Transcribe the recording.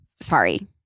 sorry